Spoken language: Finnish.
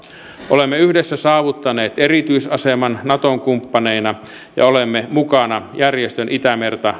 olemme yhdessä saavuttaneet erityisaseman naton kumppaneina ja olemme mukana järjestön itämeren